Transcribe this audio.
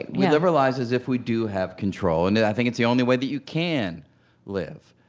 we live our lives as if we do have control. and i think it's the only way that you can live.